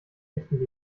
echten